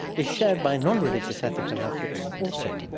is shared by nonreligious ethical outlooks also.